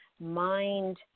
mind